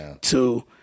two